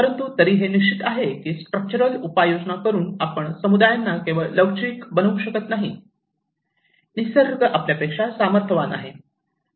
परंतु तरीही हे निश्चित आहे की स्ट्रक्चरल उपाययोजना करून आपण समुदायांना केवळ लवचिक बनवू शकत नाही निसर्ग आपल्यापेक्षा सामर्थ्यवान आहे